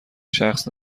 شخص